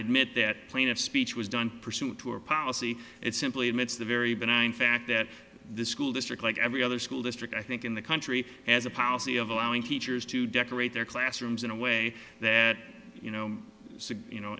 admit that plaintiff speech was done pursued to a policy it simply admits the very benign fact that the school district like every other school district i think in the country has a policy of allowing teachers to decorate their classrooms in a way that you know you know